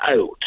out